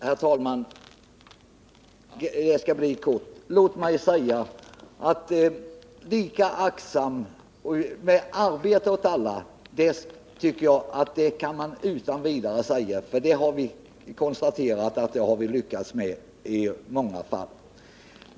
Herr talman! Det skall bli kort. Arbete åt alla tycker jag att man utan vidare kan tala om, för det har vi i många fall konstaterat att vi lyckats åstadkomma.